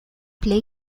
plej